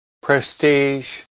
prestige